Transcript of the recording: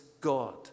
God